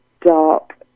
dark